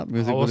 Music